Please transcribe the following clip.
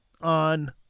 on